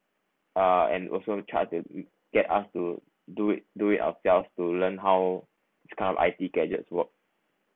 uh and also tried to get us to do it do it ourselves to learn how this kind of I_T gadgets work